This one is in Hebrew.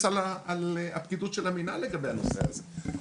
על הפקידות של המינהל לגבי הנושא הזה.